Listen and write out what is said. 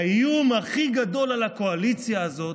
האיום הכי גדול על הקואליציה הזאת,